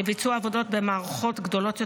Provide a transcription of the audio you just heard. לביצוע עבודות במערכות גדולות יותר,